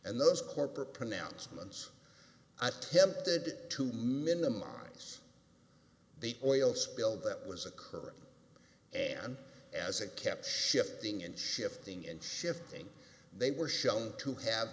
and those corporate pronouncements attempted to minimize the oil spill that was occurring and as a kept shifting and shifting and shifting they were shown to have